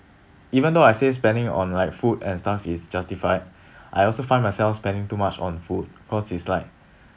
even though I say spending on like food and stuff is justified I also find myself spending too much on food cause it's like